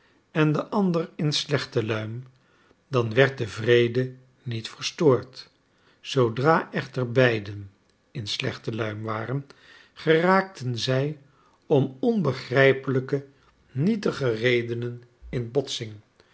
en de ander in slechte luim dan werd de vrede niet verstoord zoodra echter beiden slecht geluimd waren geraakten zij om onbegrijpelijk nietige redenen in botsing